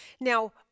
Now